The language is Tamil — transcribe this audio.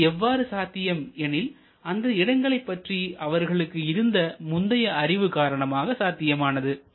இது எவ்வாறு சாத்தியம் எனில் அந்த இடங்களைப் பற்றி அவர்களுக்கு இருந்த முந்தைய அறிவு காரணமாக சாத்தியமானது